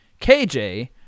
KJ